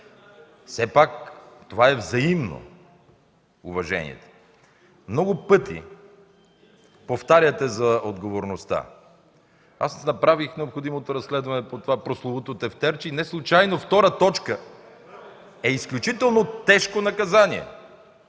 Все пак уважението е взаимно. Много пъти повтаряте за отговорността. Аз направих необходимото разследване по това прословуто тефтерче и неслучайно втора точка е изключително тежко наказание